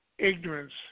Ignorance